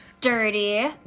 dirty